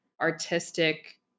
artistic